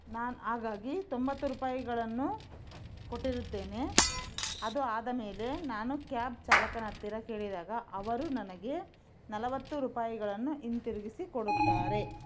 ನಾನು ಹಾಗಾಗಿ ತೊಂಬತ್ತು ರೂಪಾಯಿಗಳನ್ನು ಕೊಟ್ಟಿರುತ್ತೇನೆ ಅದು ಆದ ಮೇಲೆ ನಾನು ಕ್ಯಾಬ್ ಚಾಲಕನ ಹತ್ತಿರ ಕೇಳಿದಾಗ ಅವರು ನನಗೆ ನಲವತ್ತು ರೂಪಾಯಿಗಳನ್ನು ಹಿಂತಿರುಗಿಸಿ ಕೊಡುತ್ತಾರೆ